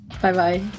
Bye-bye